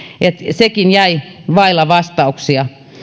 sekin jäi vaille vastauksia